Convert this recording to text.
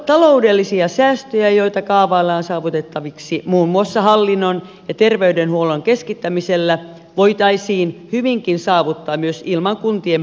taloudellisia säästöjä joita kaavaillaan saavutettaviksi muun muassa hallinnon ja terveydenhuollon keskittämisellä voitaisiin hyvinkin saavuttaa myös ilman kuntien pakkoliitoksia